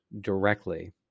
directly